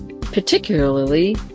particularly